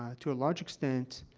ah to a large extent,